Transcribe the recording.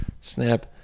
snap